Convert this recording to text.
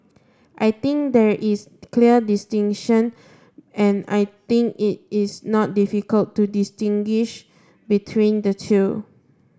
I think there is clear distinction and I think it is not difficult to distinguish between the two